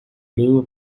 blue